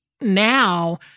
now